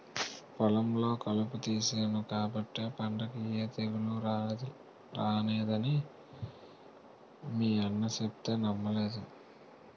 పొలంలో కలుపు తీసేను కాబట్టే పంటకి ఏ తెగులూ రానేదని మీ అన్న సెప్తే నమ్మలేదు